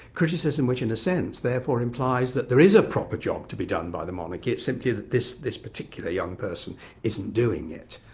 criticism which in a sense therefore implies that there is a proper job to be done by the monarchy, it's simply that this this particular young person isn't doing it.